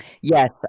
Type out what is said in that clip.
Yes